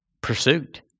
pursuit